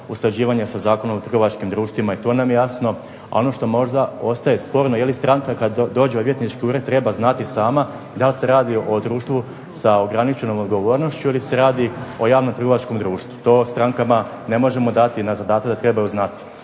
usklađivanje sa Zakonom o trgovačkim društvima i to nam je jasno. A ono što možda ostaje sporno je li stranka kad dođe odvjetnički ured treba znati sama da li se radi o društvu sa ograničenom odgovornošću ili se radi o javnom trgovačkom društvu. To strankama ne možemo dati na zadatak da trebaju znati.